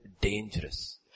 dangerous